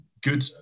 Good